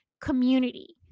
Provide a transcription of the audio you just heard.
community